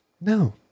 No